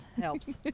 helps